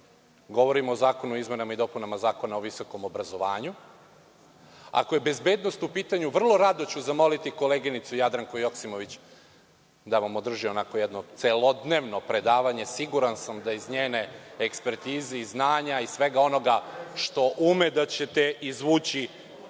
Govorimo o izmenama i dopunama Zakona o visokom obrazovanju. Ako je bezbednost u pitanju, vrlo rado ću zamoliti koleginicu Jadranku Joksimović da vam održi onako jedno celodnevno predavanje. Siguran sam da iz njene ekspertize, znanja i svega onoga što ume, da će te izvući